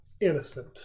innocent